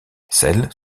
celles